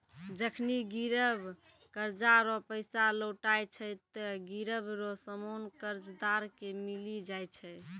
जखनि गिरब कर्जा रो पैसा लौटाय छै ते गिरब रो सामान कर्जदार के मिली जाय छै